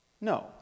No